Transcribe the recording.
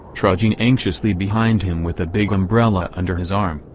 trudging anxiously behind him with a big umbrella under his arm,